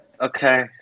Okay